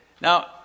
Now